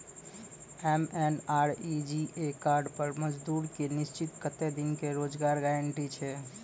MNREGA card पर मजदुर के निश्चित कत्तेक दिन के रोजगार गारंटी छै?